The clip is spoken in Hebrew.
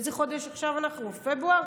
באיזה חודש אנחנו עכשיו, פברואר?